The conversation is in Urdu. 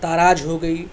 تاراج ہو گئی